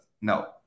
No